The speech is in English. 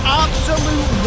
absolute